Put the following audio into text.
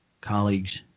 colleagues